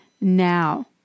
now